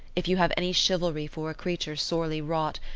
if you have any chivalry for a creature sorely wrought,